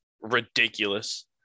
ridiculous